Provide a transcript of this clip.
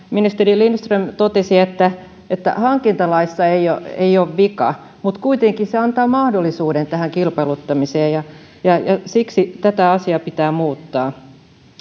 ministeri lindström totesi että että hankintalaissa ei ole vika mutta kuitenkin se antaa mahdollisuuden tähän kilpailuttamiseen ja ja siksi tätä asiaa pitää muuttaa